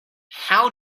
how